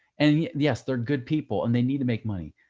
and yes, they're good people and they need to make money,